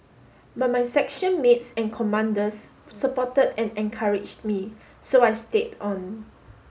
but my section mates and commanders supported and encouraged me so I stayed on